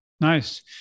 Nice